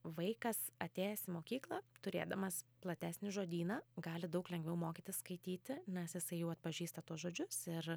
vaikas atėjęs į mokyklą turėdamas platesnį žodyną gali daug lengviau mokytis skaityti nes jisai jau atpažįsta tuos žodžius ir